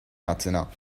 maintenant